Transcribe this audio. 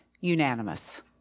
unanimous